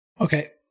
okay